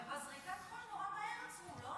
אבל בזריקת החול נורא מהר עצרו, לא?